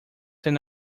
ten